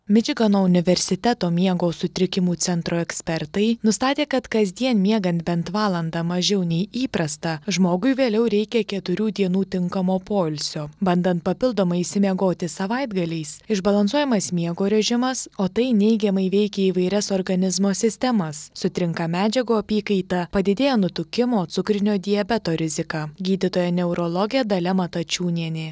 mičigano universiteto miego sutrikimų centro ekspertai nustatė kad kasdien miegant bent valandą mažiau nei įprasta žmogui vėliau reikia keturių dienų tinkamo poilsio bandant papildomai išsimiegoti savaitgaliais išbalansuojamas miego režimas o tai neigiamai veikia įvairias organizmo sistemas sutrinka medžiagų apykaita padidėja nutukimo cukrinio diabeto rizika gydytoja neurologė dalia matačiūnienė